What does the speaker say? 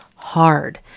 hard